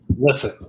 Listen